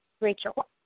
Rachel